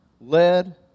led